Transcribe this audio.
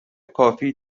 کافی